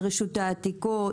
לרשות העתיקות,